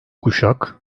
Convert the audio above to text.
kuşak